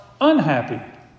unhappy